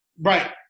Right